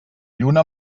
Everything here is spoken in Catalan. lluna